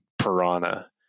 piranha